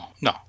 no